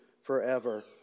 forever